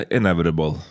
inevitable